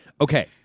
Okay